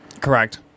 Correct